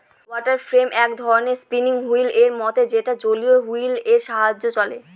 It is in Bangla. ওয়াটার ফ্রেম এক ধরনের স্পিনিং হুইল এর মত যেটা একটা জলীয় হুইল এর সাহায্যে চলে